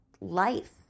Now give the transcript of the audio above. life